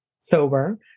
sober